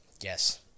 Yes